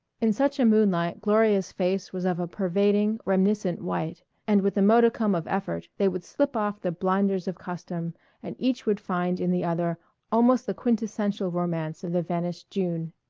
in such a moonlight gloria's face was of a pervading, reminiscent white, and with a modicum of effort they would slip off the blinders of custom and each would find in the other almost the quintessential romance of the vanished june.